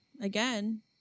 again